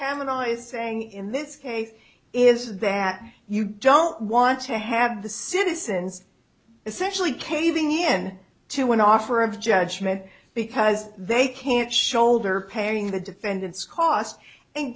is saying in this case is that you don't want to have the citizens essentially caving in to an offer of judgement because they can't shoulder paying the defendants costs and